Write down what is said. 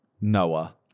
Noah